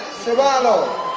sibalo,